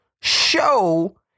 Show